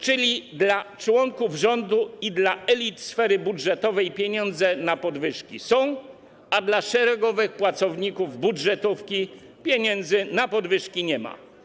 Czyli dla członków rządu i dla elit sfery budżetowej pieniądze na podwyżki są, a dla szeregowych pracowników budżetówki pieniędzy na podwyżki nie ma.